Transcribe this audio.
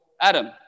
Adam